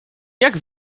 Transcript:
jak